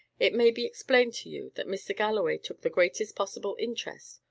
it may be explained to you that mr. galloway took the greatest possible interest,